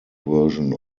version